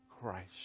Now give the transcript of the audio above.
Christ